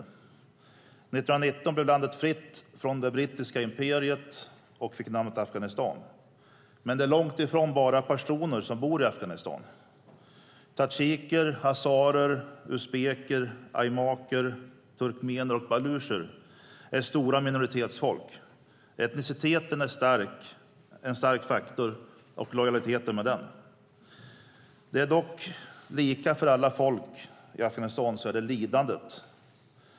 År 1919 blev landet fritt från det brittiska imperiet och fick namnet Afghanistan. Men det är långt ifrån bara pashtuner som bor i Afghanistan. Tadzjiker, hazarer, uzbeker, aimaker, turkmener och balucher är stora grupper av minoritetsfolk. Etniciteten är en stark faktor liksom lojaliteten med den. Det som dock är lika för alla folk i Afghanistan är lidandet.